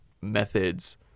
methods